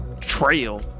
trail